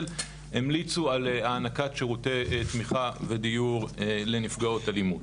המליצו על הענקת שירותי תמיכה ודיור לנפגעות אלימות.